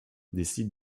décide